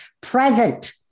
present